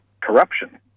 corruption